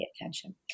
attention